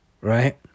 right